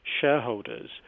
shareholders